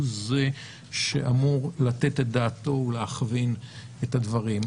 הוא זה שאמור לתת את דעתו ולהכווין את הדברים.